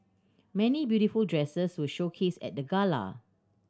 many beautiful dresses were showcased at the gala